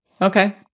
Okay